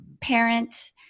parent